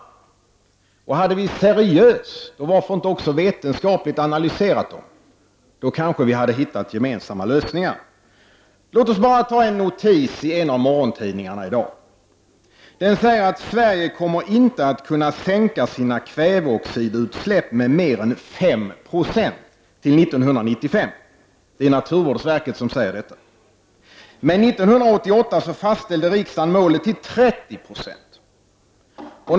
Om vi hade gjort en seriös, varför inte också vetenskaplig, analys skulle vi kanske ha kunnat hitta gemensamma lösningar. Låt mig ta en notis i en av morgontidningarna som exempel. Där skrivs att Sverige inte kommer att kunna sänka sina kväveoxidutsläpp med mer än 5 Yo till 1995. Så heter det enligt en rapport från naturvårdsverket. Men 1988 fastställde riksdagen målet till 30 26.